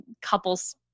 couples